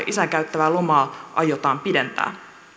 isän käyttämää lomaa aiotaan pidentää